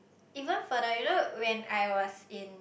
even for the you know when I was in